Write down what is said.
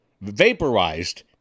vaporized